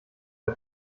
der